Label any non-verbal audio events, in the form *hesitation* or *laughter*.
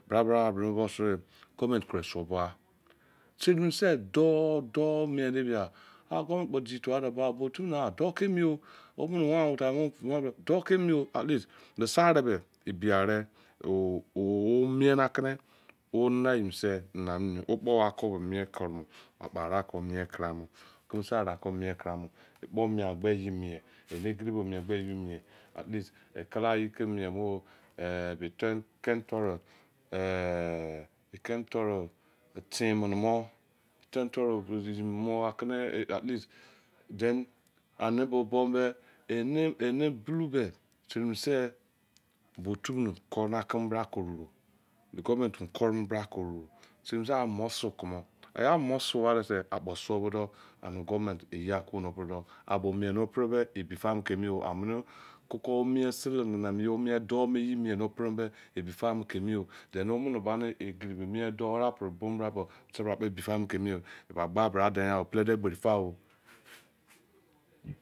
Bra bra bolou mo suo goverment pre suo bo a seri mo se dou, dou mien da bia owo kpodi tuwa de dou ke emi omene n governent don ke emi at least me se ere ebi ere. oh mien na ke ne oh ni me se owo kpo akobo mien kere mii agbara g kpo mien kere mo keme se aro ko miem kere mi ekpo mien dreging mien, ene egede no mien gbe ye mere l kala ye ke mien nu eh ken toro eh *hesitation* ten mini mo ake ne atleast, then ane bo me ene bolou be seri mo se bo tu nu cover keme bra koro ro government koro mini bra ko ro so am so como amo su ase akpo su bo do goverment eya lo le pre do a bo mien ne pre be ebi fa ke emi omene koko mien sele me ne mien do me ye mien ne pre be ebi fa ke emi then omene gba mi a kin be mien dougha o prebu bra bo ane ke emi gba miral denghan o pele de egberi fa o